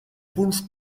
punts